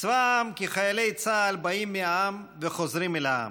צבא העם, כי חיילי צה"ל באים מהעם וחוזרים אל העם.